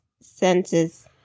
senses